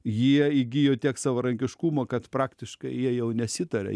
jie įgijo tiek savarankiškumo kad praktiškai jie jau nesitarė